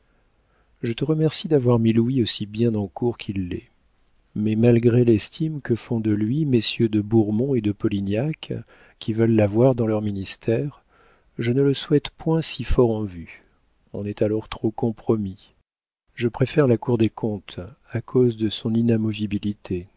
je te remercie d'avoir mis louis aussi bien en cour qu'il l'est mais malgré l'estime que font de lui messieurs de bourmont et de polignac qui veulent l'avoir dans leur ministère je ne le souhaite point si fort en vue on est alors trop compromis je préfère la cour des comptes à cause de son